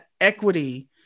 equity